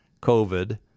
COVID